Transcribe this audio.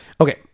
okay